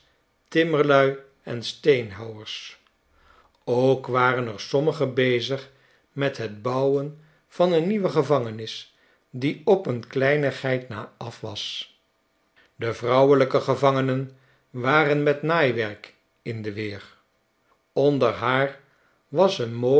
timmerlui en steenhouwers ook waren er sommige bezig met hetbouwen van een nieuwe gevangenis die opeenkleinigheid na af was de vrouwelijke gevangenen waren met naaiwerk in de weer onder haar was een mooi